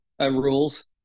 rules